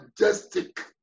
majestic